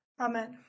amen